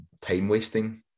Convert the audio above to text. time-wasting